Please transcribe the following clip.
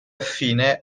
affine